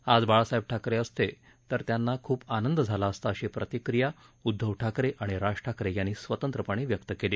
आज बाळासाहेब ठाकरे असले असते तर त्यांना खूप आनंद झाला असता अशी प्रतिक्रिया उद्धव ठाकरे आणि राज ठाकरे यांनी स्वतंत्रपणे व्यक्त केली